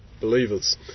believers